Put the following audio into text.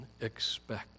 expect